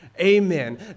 Amen